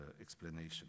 explanation